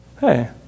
Hey